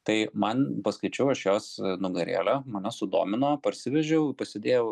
tai man paskaičiau aš jos nugarėlę mane sudomino parsivežiau pasidėjau